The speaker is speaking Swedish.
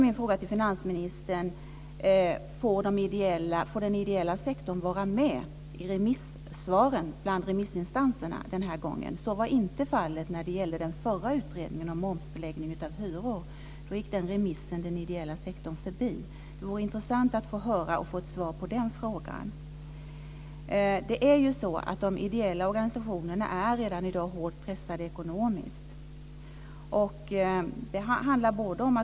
Min fråga till finansministern är om den ideella sektorn får vara med bland remissinstanserna den här gången. Så var inte fallet med den förra utredningen om momsbeläggning av hyror. Det remissförfarandet gick den ideella sektorn förbi. Det vore intressant att få höra något om det och att få ett svar i det avseendet. De ideella organisationerna är redan i dag ekonomiskt hårt pressade.